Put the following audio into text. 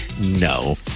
No